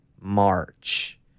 March